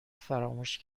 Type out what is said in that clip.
فراموش